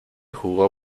jugó